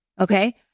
okay